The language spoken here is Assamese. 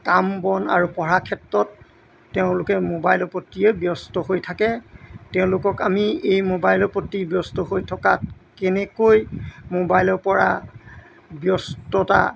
কাম বন আৰু পঢ়াৰ ক্ষেত্ৰত তেওঁলোকে মোবাইলৰ প্ৰতিয়ে ব্যস্ত হৈ থাকে তেওঁলোকক আমি এই মোবাইলৰ প্ৰতি ব্যস্ত হৈ থকাত কেনেকৈ মোবাইলৰ পৰা ব্যস্ততা